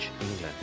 England